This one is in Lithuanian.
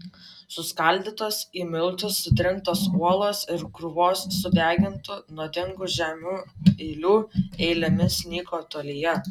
suskaldytos į miltus sutrintos uolos ir krūvos sudegintų nuodingų žemių eilių eilėmis nyko tolyje